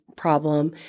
problem